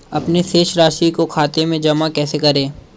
अपने शेष राशि को खाते में जमा कैसे करें?